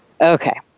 Okay